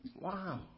Wow